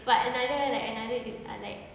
but another like another like